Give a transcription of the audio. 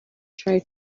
tried